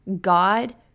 God